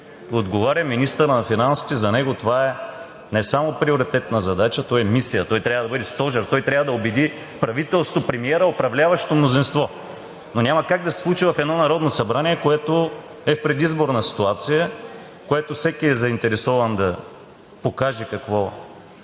Отговаря министърът на финансите и за него това не е само приоритетна задача, то е мисия – той трябва да бъде стожер, той трябва да убеди правителството, премиера, управляващото мнозинство, но няма как да се случи в едно Народно събрание, което е в предизборна ситуация, в което всеки е заинтересован да покаже на